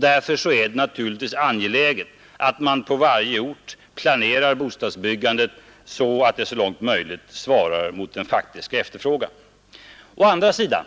Därför är det naturligtvis angeläget att man på varje ort planerar bostadsbyggandet så att det så långt möjligt svarar mot den faktiska efterfrågan. Å andra sidan